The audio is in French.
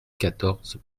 quatorze